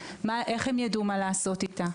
איך הם יידעו מה לעשות איתה,